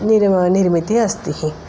निर् निर्मितिः अस्ति